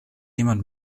jemand